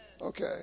Okay